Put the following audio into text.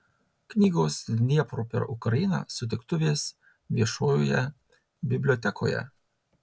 knygos dniepru per ukrainą sutiktuvės viešojoje bibliotekoje